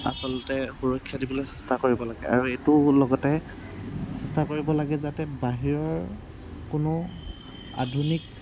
আচলতে সুৰক্ষা দিবলৈ চেষ্টা কৰিব লাগে আৰু এইটোৰ লগতে চেষ্টা কৰিব লাগে যাতে বাহিৰৰ কোনো আধুনিক